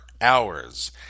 hours